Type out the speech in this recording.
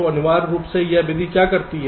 तो अनिवार्य रूप से यह विधि क्या करती है